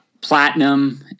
platinum